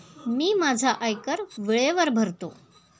मी माझा आयकर वेळेवर भरतो